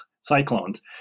cyclones